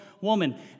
woman